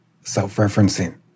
self-referencing